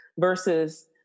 versus